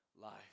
life